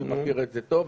אני מכיר את זה טוב.